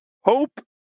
Hope